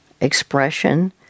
expression